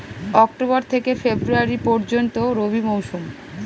October থেকে February পর্যন্ত রবি মৌসুম